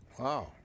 Wow